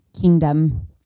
kingdom